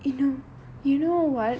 eh you know you know [what]